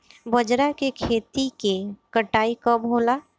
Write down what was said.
बजरा के खेती के कटाई कब होला?